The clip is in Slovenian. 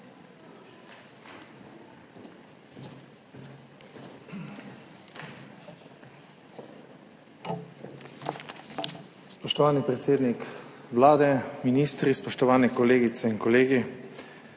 Spoštovani predsednik Vlade, ministri, spoštovani kolegice in kolegi,